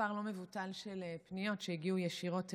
מספר לא מבוטל של פניות שהגיעו ישירות אליי,